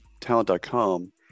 talent.com